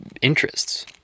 interests